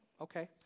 okay